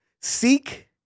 seek